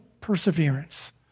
perseverance